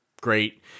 great